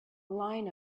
line